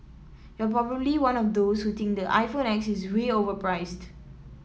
you're probably one of those who think the iPhone X is way overpriced